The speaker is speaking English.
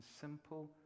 simple